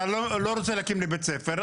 אתה לא רוצה להקים לי בית ספר,